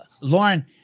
Lauren